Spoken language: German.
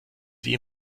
sie